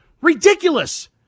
ridiculous